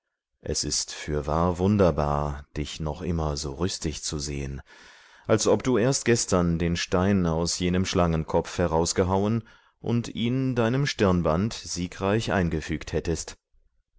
es ist fürwahr wunderbar dich noch immer so rüstig zu sehen als ob du erst gestern den stein aus jenem schlangenkopf herausgehauen und ihn deinem stirnband siegreich eingefügt hättest